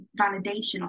validation